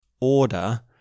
order